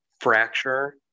fracture